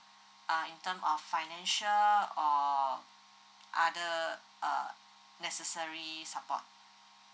uh in term of financial or other err necessary support